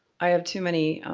i have too many,